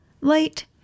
Light